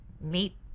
meet